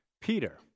Peter